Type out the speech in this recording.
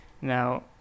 Now